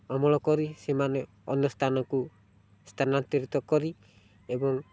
ଅମଳ କରି ସେମାନେ ଅନ୍ୟ ସ୍ଥାନକୁ ସ୍ଥାନାନ୍ତରିତ କରି ଏବଂ